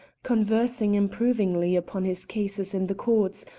conversing improvingly upon his cases in the courts,